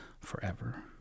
forever